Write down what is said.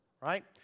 right